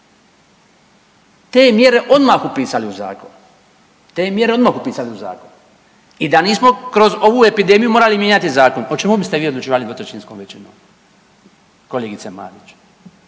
te mjere odmah upisali u zakon, te mjere odmah upisali u zakon i da nismo kroz ovu epidemiju morali mijenjati zakon, o čemu biste vi odlučivali dvotrećinskom većinom, kolegice Marić?